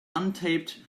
untaped